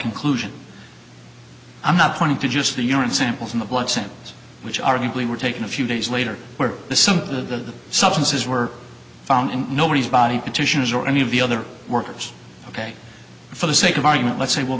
conclusion i'm not pointing to just the urine samples in the blood samples which arguably were taken a few days later where some of the substances were found in nobody's body petitioners or any of the other workers ok for the sake of argument let's say well